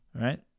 right